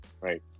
right